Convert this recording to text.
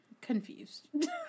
Confused